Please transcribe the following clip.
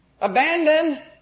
Abandon